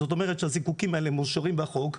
זאת אומרת שהזיקוקים האלה מאושרים בחוק,